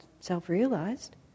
self-realized